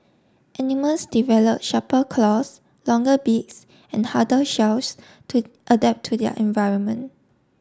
animals develop sharper claws longer beaks and harder shells to adapt to their environment